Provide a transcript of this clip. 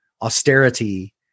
austerity